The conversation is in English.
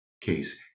case